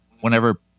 whenever